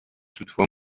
toutefois